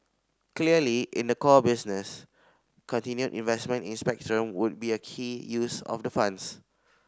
clearly in the core business continued investment in spectrum would be a key use of the funds